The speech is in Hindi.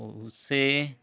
उससे